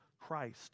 Christ